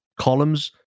columns